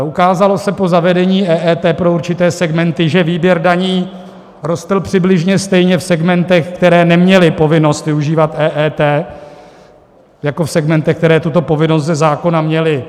Ukázalo se po zavedení EET pro určité segmenty, že výběr daní rostl přibližně stejně v segmentech, které neměly povinnost využívat EET, jako v segmentech, které tuto povinnost ze zákona měly.